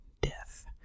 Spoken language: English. death